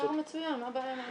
היק"ר מצוין, מה הבעיה עם היק"ר.